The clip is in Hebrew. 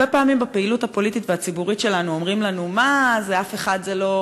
הרבה פעמים בפעילות הפוליטית והציבורית שלנו אומרים לנו: זה לא יעבור,